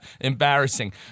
embarrassing